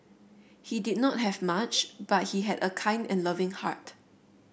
he did not have much but he had a kind and loving heart